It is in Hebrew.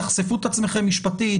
תחשפו את עצמכם משפטית?